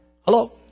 hello